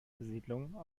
besiedlung